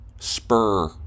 spur